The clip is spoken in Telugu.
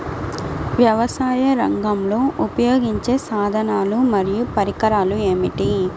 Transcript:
వ్యవసాయరంగంలో ఉపయోగించే సాధనాలు మరియు పరికరాలు ఏమిటీ?